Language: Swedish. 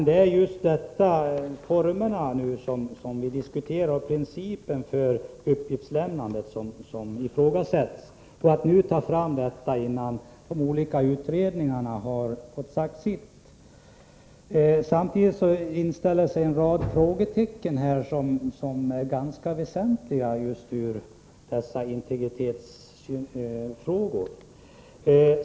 Det är formerna, som vi nu diskuterar, och principerna för uppgiftslämnandet som ifrågasätts, liksom att dessa fastställs innan de olika utredningarna har fått säga sitt. Samtidigt inställer sig en rad frågor som är ganska väsentliga just från integritetssynpunkt.